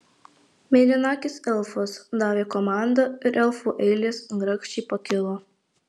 mėlynakis elfas davė komandą ir elfų eilės grakščiai pakilo